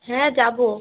হ্যাঁ যাবো